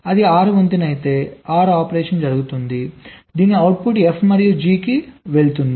అది OR వంతెన అయితే OR ఆపరేషన్ జరిగిదీని అవుట్పుట్ F మరియు G కి వెళుతుంది